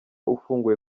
ufunguye